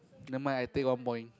nevermind I take one point